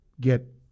get